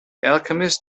alchemist